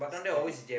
it's damn good